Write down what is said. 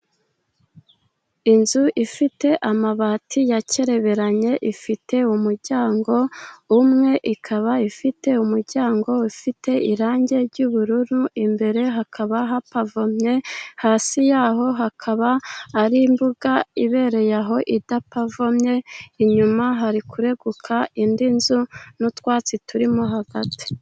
Inzu ifite amabati yakereberanye, ifite umuryango umwe, ikaba ifite umuryango ufite irangi ry'ubururu, imbere hakaba hapavomye, hasi yaho hakaba ari imbuga ibereye aho idapavomye, inyuma hari kureguka indi nzu n’utwatsi turimo hagati.